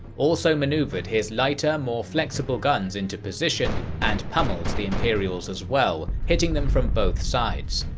also maneuvered his lighter more flexible guns into position and pummeled the imperials as well, hitting them from both sides.